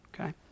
Okay